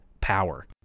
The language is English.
power